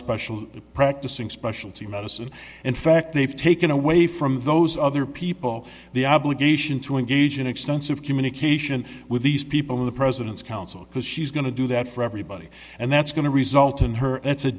special practicing specialty medicine in fact they've taken away from those other people the obligation to engage in extensive communication with these people of the president's counsel because she's going to do that for everybody and that's going to result in her